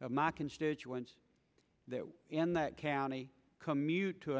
of my constituents in that county commute to